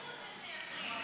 שהוא זה שיחליט,